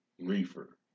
Reefer